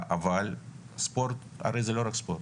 אבל ספורט, הרי זה לא רק ספורט.